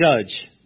judge